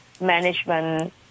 management